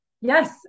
Yes